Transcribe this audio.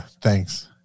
thanks